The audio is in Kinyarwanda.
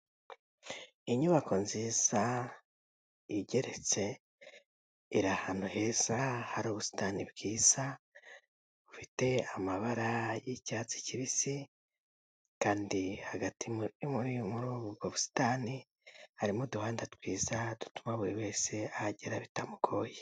Inyubako nziza igeretse iri ahantu heza hari ubusitani bwiza bufite amabara y'icyatsi kibisi kandi hagati muri muri ubwo busitani harimo uduhanda twiza dutuma buri wese ahagera bitamugoye.